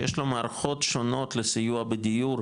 שיש לו מערכות שונות לסיוע בדיור,